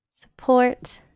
support